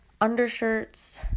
Undershirts